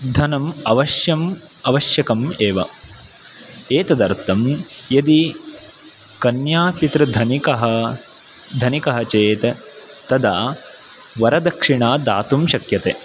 धनम् अवश्यम् आवश्यकम् एव एतदर्थं यदि कन्यापितृधनिकः धनिकः चेत् तदा वरदक्षिणा दातुं शक्यते